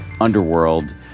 underworld